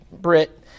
brit